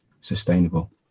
sustainable